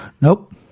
Nope